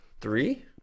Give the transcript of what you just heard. three